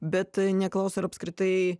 bet neklaus ar apskritai